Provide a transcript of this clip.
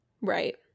Right